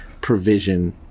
provision